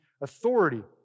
authority